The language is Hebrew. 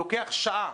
לוקח שעה.